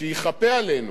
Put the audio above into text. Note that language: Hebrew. פתרון אלים,